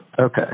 Okay